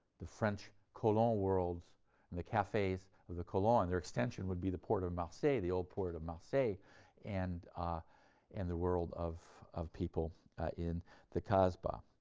the french colon worlds and the cafes of the colons their extension would be the port of marseilles, the old port of marseilles and ah and the world of of people in the kasbah.